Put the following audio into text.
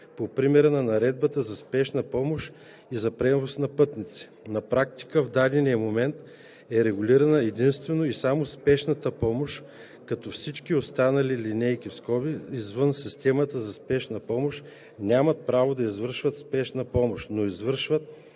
по примера на Наредбата за спешна помощ и за превоз на пътници. На практика в дадения момент е регулирана единствено и само спешната помощ, като всички останали „линейки“ извън системата за спешна помощ, нямат право да извършват спешна помощ, но извършват